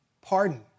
pardon